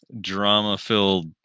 drama-filled